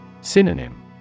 Synonym